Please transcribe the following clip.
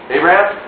Abraham